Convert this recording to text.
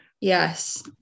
Yes